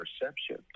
perception